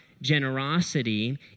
generosity